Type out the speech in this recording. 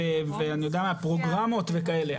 פרוגרמות וכולי.